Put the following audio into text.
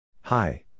Hi